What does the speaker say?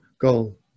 goal